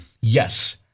Yes